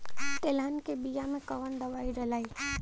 तेलहन के बिया मे कवन दवाई डलाई?